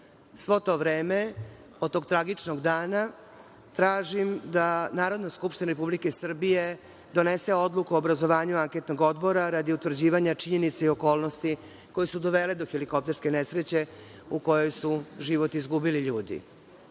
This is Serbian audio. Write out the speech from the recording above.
Sve to vreme od tog tragičnog dana tražim da Narodna skupština Republike Srbije donese odluku o obrazovanju anketnog odbora radi utvrđivanju činjenica i okolnosti, koje su dovele do helikopterske nesreće u kojoj su život izgubili ljudi.